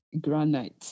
granite